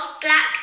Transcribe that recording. Black